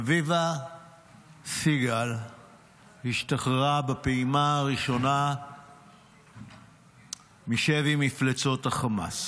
אביבה סיגל השתחררה בפעימה הראשונה משבי מפלצות חמאס.